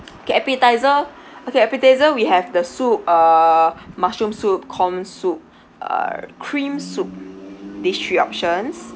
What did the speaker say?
okay appetiser okay appetiser we have the soup uh mushroom soup corn soup uh cream soup these three options